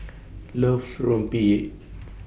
loves Rempeyek